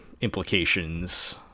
implications